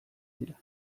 dira